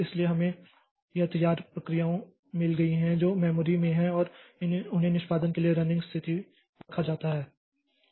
इसलिए हमें यह तैयार प्रक्रियाओं मिल गई हैं जो मेमोरी में हैं और उन्हें निष्पादन के लिए रनिंग स्थिति पर रखा जाता है